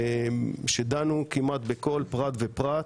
כשדנו כמעט בכל פרט ופרט.